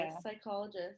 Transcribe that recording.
psychologist